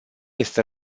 este